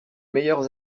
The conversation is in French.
meilleurs